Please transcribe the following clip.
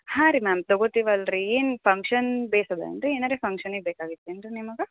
ಹಾಂ ರೀ ಮ್ಯಾಮ್ ತಗೊಳ್ತೀವಿ ಅಲ್ಲ ರೀ ಏನು ಫಂಕ್ಷನ್ ಬೇಸ್ ಅದ ಏನು ರೀ ಏನಾದ್ರೂ ಫಂಕ್ಷನಿಗೆ ಬೇಕಾಗಿತ್ತು ಏನು ರೀ ನಿಮಗೆ